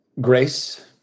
Grace